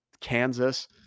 Kansas